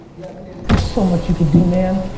there's so much you could do, man.